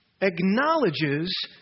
acknowledges